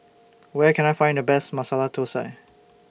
Where Can I Find The Best Masala Thosai